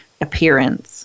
appearance